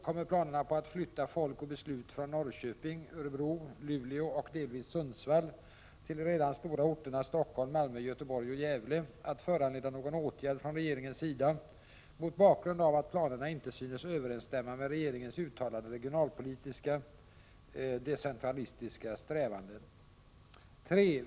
Kommer planerna på att flytta folk och beslut från Norrköping, Örebro, Luleå och delvis Sundsvall till de redan stora orterna Stockholm, Malmö, Göteborg och Gävle att föranleda någon åtgärd från regeringens sida mot bakgrund av att planerna inte synes överensstämma med regeringens uttalade regionalpolitiska, decentralistiska strävanden? 3.